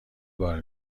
بار